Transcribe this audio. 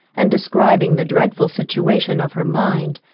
and describing the dreadful situation of her mind,